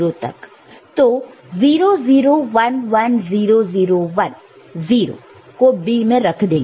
तो 0 0 1 1 0 0 1 0 को B में रख देंगे